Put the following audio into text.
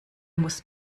muss